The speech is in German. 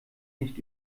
nicht